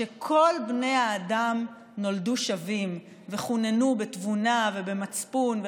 שכל בני האדם נולדו שווים וחוננו בתבונה ובמצפון,